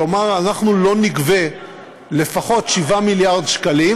כלומר, אנחנו לא נגבה לפחות 7 מיליארד שקלים